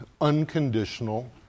unconditional